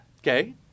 okay